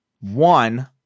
One